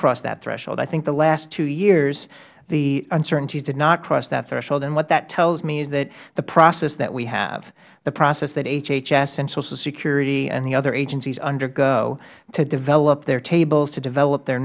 cross that threshold i think the last two years the uncertainties did not cross that threshold and what that tells me is that the process that we have the process that hhs and social security and the other agencies undergo to develop their tables to develop their